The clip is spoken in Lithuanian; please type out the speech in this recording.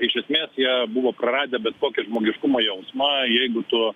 iš esmės jie buvo praradę bet kokį žmogiškumo jausmą jeigu tu